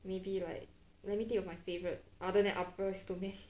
maybe like let me think of my favourite other than ah boys to men